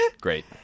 Great